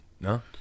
no